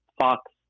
Fox